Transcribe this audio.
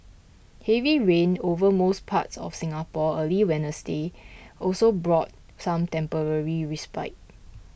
heavy rain over most parts of Singapore early Wednesday also brought some temporary respite